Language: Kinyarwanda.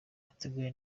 wateguwe